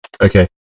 Okay